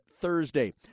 Thursday